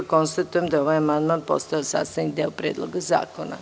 Konstatujem da je ovaj amandman postao sastavni deo Predloga zakona.